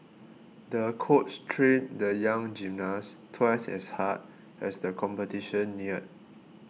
the coach trained the young gymnast twice as hard as the competition neared